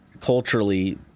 culturally